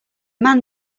man